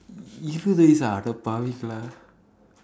he still do this ah அடப்பாவிங்களா:adapaavingkalaa